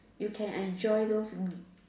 you can enjoy those